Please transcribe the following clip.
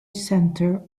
center